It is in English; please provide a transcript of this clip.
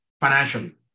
financially